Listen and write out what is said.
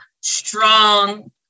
strong